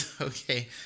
Okay